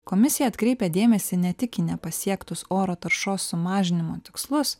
komisija atkreipė dėmesį ne tik į nepasiektus oro taršos sumažinimo tikslus